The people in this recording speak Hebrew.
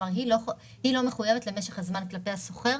היא לא מחויבת למשך זמן כלפי השוכר.